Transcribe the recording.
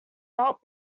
not